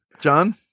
John